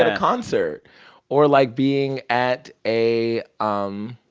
ah concert or, like, being at a um